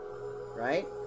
Right